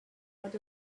that